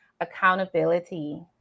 accountability